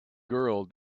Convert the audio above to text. girl